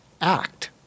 act